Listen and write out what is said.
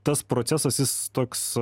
tas procesas jis toks